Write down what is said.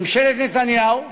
ממשלת נתניהו,